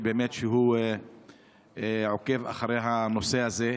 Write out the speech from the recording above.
שבאמת עוקב אחרי הנושא הזה.